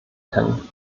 kennen